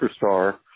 superstar